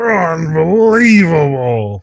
unbelievable